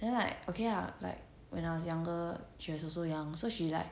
then like okay lah like when I was younger she was also young so she like